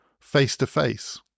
face-to-face